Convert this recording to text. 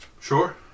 Sure